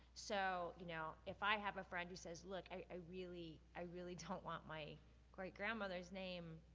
so you know if i have a friend who says, look, i really i really don't want my great grandmother's name,